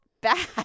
bad